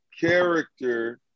character